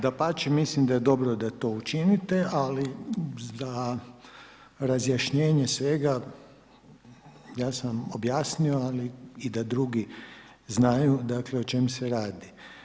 Dapače, mislim da je dobro da to učinite ali za razjašnjenje svega ja sam objasnio ali i da drugi znaju dakle o čemu se radi.